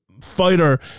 fighter